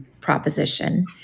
proposition